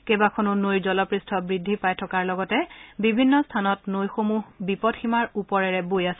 কেইবাখনো নৈৰ জলপৃষ্ঠ বৃদ্ধি পাই থকাৰ লগতে বিভিন্ন স্থানত নৈসমূহ বিপদসীমাৰ ওপৰেৰে বৈ আছে